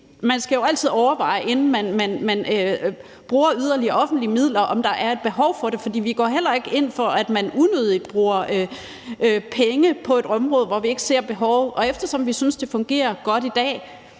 at man jo altid, inden man bruger yderligere offentlige midler, skal overveje, om der er et behov for det. For vi går heller ikke ind for, at man unødigt bruger penge på et område, hvor vi ikke ser et behov. Og eftersom vi synes, det fungerer godt i dag,